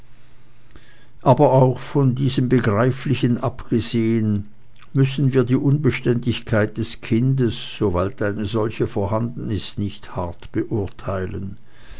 aber auch von diesem begreiflichen abgesehen müssen wir die unbeständigkeit des kindes soweit eine solche vorhanden ist nicht hart beurteilen